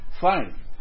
Fine